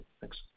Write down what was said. Thanks